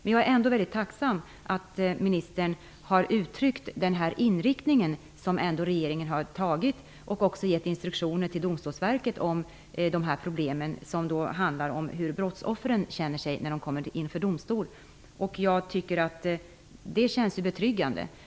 Jag är ändå väldigt tacksam för att ministern uttryckt den inriktning som regeringen har och att regeringen har gett Domstolsverket instruktioner om de problem som har med hur brottsoffren kan känna sig inför domstol att göra. Det känns betryggande.